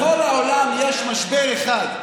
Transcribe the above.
אחד,